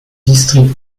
district